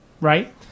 Right